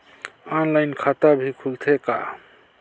Online खाता भी खुलथे का?